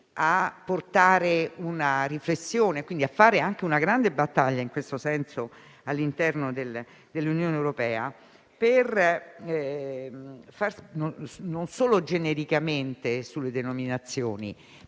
a portare una riflessione e a fare anche una grande battaglia in questo senso all'interno dell'Unione europea, non solo genericamente sulle denominazioni,